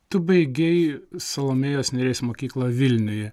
tu baigei salomėjos nėries mokyklą vilniuje